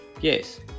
Yes